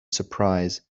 surprise